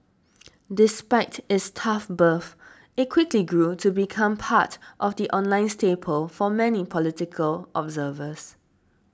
despite its tough birth it quickly grew to become part of the online staple for many political observers